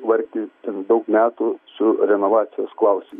vargti ten daug metų su renovacijos klausimu